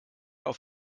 auf